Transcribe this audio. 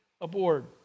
aboard